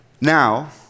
now